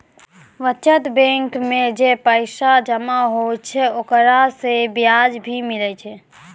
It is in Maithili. बचत बैंक मे जे पैसा जमा होय छै ओकरा से बियाज भी मिलै छै